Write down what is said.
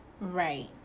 Right